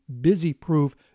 busy-proof